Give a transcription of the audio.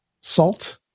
Salt